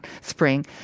spring